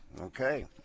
Okay